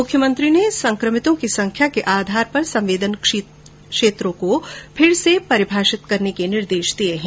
मुख्यमंत्री ने संक्रमितों की संख्या के आधार पर संवेदनशील क्षेत्रों को फिर से परिभाषित करने का निर्देश दिया है